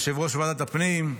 יושב-ראש ועדת הפנים,